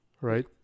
Right